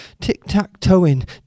tic-tac-toeing